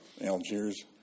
Algiers